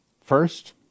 first